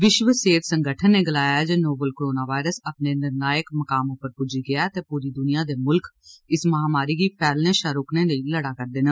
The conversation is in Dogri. विश्व सेहत संगठन नै गलाया ऐ जे नोवल करोना वायरस अपने निर्णायक मकान उप्पर पुज्जी गेआ ऐ ते पूरी दुनिया दे मुल्ख इस महामारी गी फैलने शा रोकने लेई लडा'रदे न